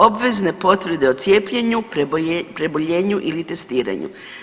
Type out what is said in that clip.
Obvezne potvrde o cijepljenju, preboljenju ili testiranju.